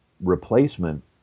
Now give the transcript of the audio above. replacement